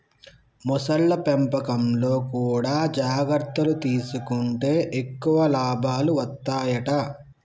మొసళ్ల పెంపకంలో కూడా జాగ్రత్తలు తీసుకుంటే ఎక్కువ లాభాలు వత్తాయట